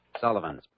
Sullivan's